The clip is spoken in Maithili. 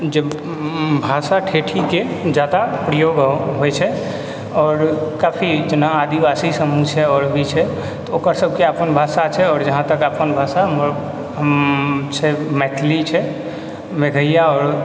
जे भाषा ठेठीके जादा प्रयोग होइ छै आओर काफी जेना आदिवासी समूह छै आओर भी छै तऽ ओकर सबके अपन भाषा छै आओर जहाँ तक अपन भाषा हम छै मैथिली छै मगहिया